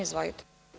Izvolite.